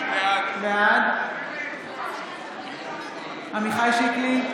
בעד עמיחי שיקלי,